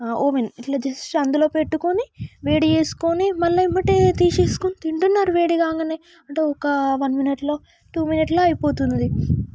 oven ఇట్లా just అందులో పెట్టుకుని వేడి చేసుకుని మళ్ళా ఎంబటే తీసుకుని తింటున్నారు వేడిగా కాగానే అంటే ఒక వన్ మినిట్లో టూ మినిట్లో అయిపోతుంది